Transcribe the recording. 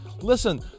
Listen